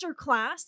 masterclass